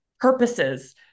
purposes